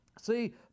See